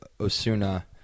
Osuna